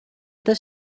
does